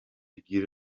گیر